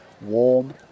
warm